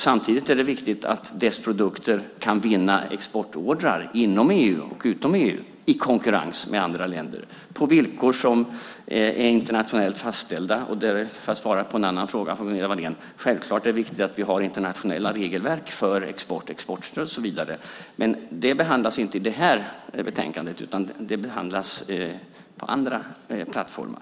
Samtidigt är det viktigt att vår industris produkter kan vinna exportorder inom EU och utom EU i konkurrens med andra länder, på villkor som är internationellt fastställda. Och, för att svara på en annan fråga från Gunilla Wahlén, självklart är det viktigt att vi har internationella regelverk för export och exportstöd och så vidare. Men det behandlas inte i det här utlåtandet, utan det behandlas på andra plattformar.